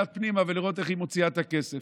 פנימה ולראות איך היא מוציאה את הכסף.